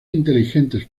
inteligentes